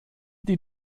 die